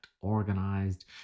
organized